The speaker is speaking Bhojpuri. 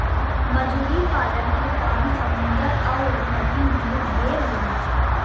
मछरी पालन के काम समुन्दर अउर नदी में ढेर होला